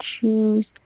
choose